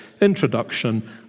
introduction